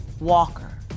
Walker